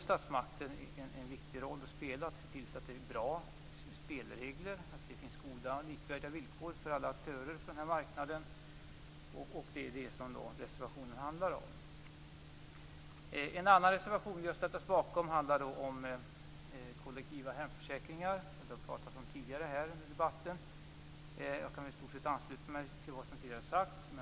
Statsmakterna har en viktig uppgift i att se till att det finns goda spelregler och bra villkor för alla aktörer på denna marknad. En annan reservation som vi har ställt oss bakom handlar om kollektiva hemförsäkringar, som det har talats om tidigare i debatten. Jag kan i stort sett ansluta mig till det som tidigare har sagts.